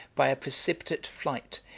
by a precipitate flight,